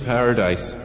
Paradise